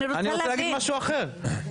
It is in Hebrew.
אני רוצה להגיד משהו אחר.